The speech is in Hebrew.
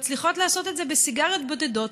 הן מצליחות לעשות את זה בסיגריות בודדות,